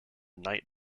night